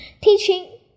teaching